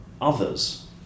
others